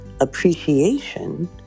appreciation